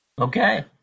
Okay